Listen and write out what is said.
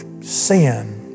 sin